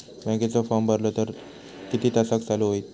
बँकेचो फार्म भरलो तर किती तासाक चालू होईत?